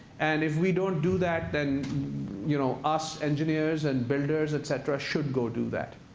and if we don't do that, then you know us engineers and builders, et cetera, should go do that.